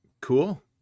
Cool